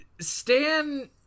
Stan